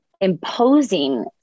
imposing